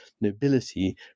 nobility